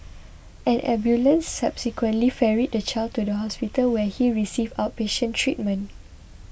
an ambulance subsequently ferried the child to hospital where he received outpatient treatment